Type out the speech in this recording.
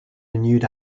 renewed